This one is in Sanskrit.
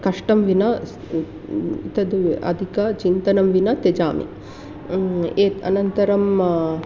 कष्टं विना तद् अधिकचिन्तनं विना त्यजामि एतत् अनन्तरम्